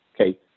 Okay